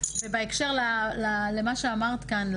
ובהקשר למה שאמרת כאן,